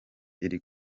iri